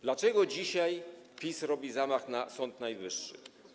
Dlaczego dzisiaj PiS robi zamach na Sąd Najwyższy?